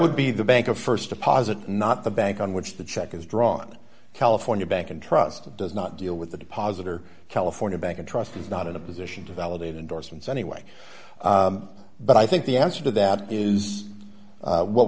would be the bank of st deposit not the bank on which the check is drawn california bank and trust does not deal with the deposit or california bank and trust is not in a position to validate endorsements anyway but i think the answer to that is what